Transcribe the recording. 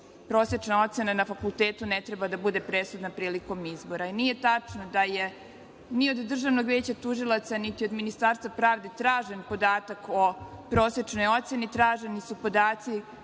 prosečna ocena na fakultetu ne treba da bude presudna prilikom izbora, i nije tačno da je ni od Državnog veća tužilaca, niti od Ministarstva pravde tražen podatak o prosečnoj oceni, traženi su podaci